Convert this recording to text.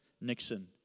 Nixon